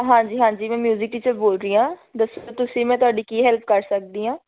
ਹਾਂਜੀ ਹਾਂਜੀ ਮੈਂ ਮਿਊਜ਼ਿਕ ਟੀਚਰ ਬੋਲ ਰਹੀ ਹਾਂ ਦੱਸੋ ਤੁਸੀਂ ਮੈਂ ਤੁਹਾਡੀ ਕੀ ਹੈਲਪ ਕਰ ਸਕਦੀ ਹਾਂ